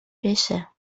بشه